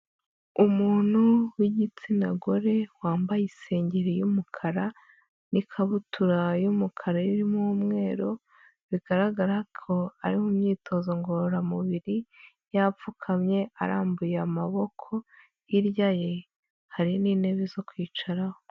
Umuntu w'igitsina gore wambaye isengeri y'umukara n'ikabutura y'umukara irimo umweru bigaragara ko ari mu myitozo ngororamubiri yapfukamye arambuye amaboko hirya ye hari n'intebe zo kwicaraho.